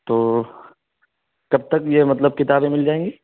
تو کب تک یہ مطلب کتابیں مل جائیں گی